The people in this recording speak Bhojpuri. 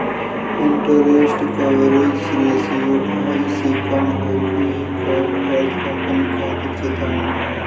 इंटरेस्ट कवरेज रेश्यो ढाई से कम होये क अर्थ कंपनी खातिर चेतावनी हौ